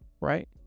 right